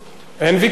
אין ויכוח.